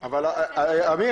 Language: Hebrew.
אני,